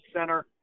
center